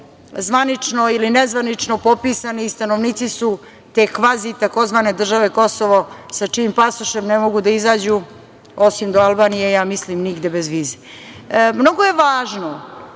zvanično ili nezvanično popisani i stanovnici su te kvazi takozvane države Kosovo, sa čijim pasošem ne mogu da izađu, osim do Albanije, ja mislim nigde bez vize. Mnogo je važno